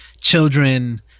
children